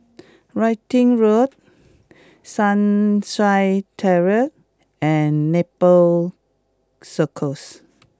Wittering Road Sunshine Terrace and Nepal Circus